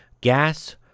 gas